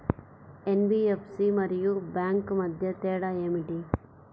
NBFC మరియు bank మధ్య తేడా ఏమిటి?